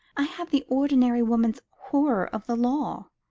i have the ordinary woman's horror of the law.